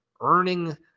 earning